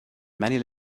many